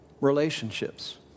relationships